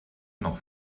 noch